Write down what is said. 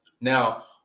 now